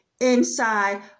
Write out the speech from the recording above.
inside